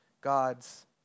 God's